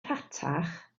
rhatach